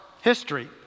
History